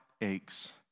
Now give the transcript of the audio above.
aches